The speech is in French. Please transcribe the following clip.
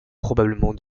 probablement